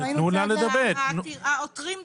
העותרים דחו.